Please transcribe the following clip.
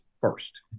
first